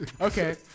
Okay